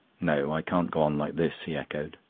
no, i can't go on like this, he echoed.